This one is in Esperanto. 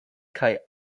kaj